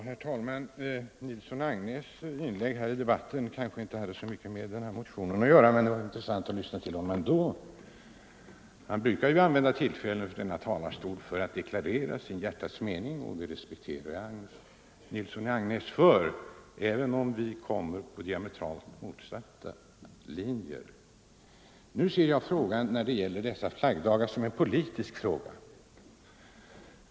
Herr talman! Herr Nilssons i Agnäs inlägg i denna debatt kanske inte hade så mycket med vår motion att göra, men det var ändå intressant att lyssna på honom. Herr Nilsson brukar ju begagna tillfället att från denna talarstol deklarera sitt hjärtas mening, och det respekterar jag honom för, även om vi går fram efter diametralt motsatta linjer. Jag ser frågan om flaggdagarna som en politisk fråga.